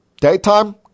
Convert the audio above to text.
Daytime